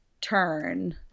turn